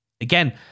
Again